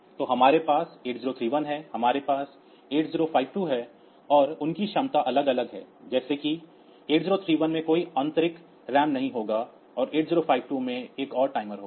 तो हमारे पास 8031 हैं हमारे पास 8052 हैं और उनकी क्षमता अलग अलग है जैसे कि 8031 में कोई आंतरिक रोम नहीं होगा और 8052 में 1 और टाइमर होगा